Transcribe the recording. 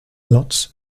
lots